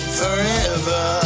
forever